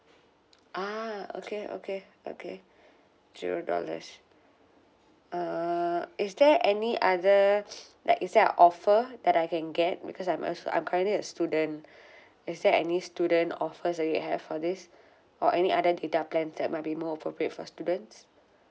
ah okay okay okay zero dollars uh is there any other like is there are offer that I can get because I'm a s~ I'm currently a student is there any student offers that you have for this or any other data plan that might be more appropriate for students